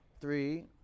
three